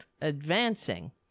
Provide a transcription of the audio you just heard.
advancing